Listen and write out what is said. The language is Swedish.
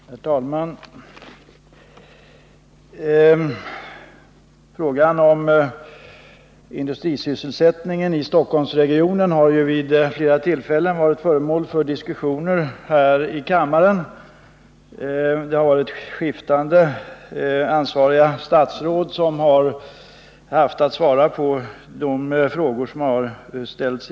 Herr talman! Frågan om industrisysselsättningen i Stockholmsregionen har ju vid flera tillfällen varit föremål för diskussioner här i kammaren. Det har varit skiftande ansvariga statsråd som har haft att svara på de frågor som ställts.